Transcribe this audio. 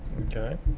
Okay